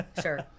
Sure